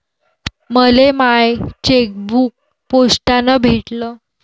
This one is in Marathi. मले माय चेकबुक पोस्टानं भेटल